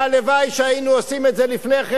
הלוואי שהיינו עושים את זה לפני כן,